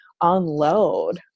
unload